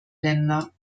länder